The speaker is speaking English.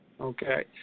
Okay